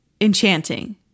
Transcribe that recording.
enchanting